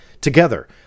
together